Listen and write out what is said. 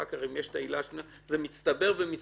אחר כך, אם יש את העילה השנייה זה מצטבר ומצטבר.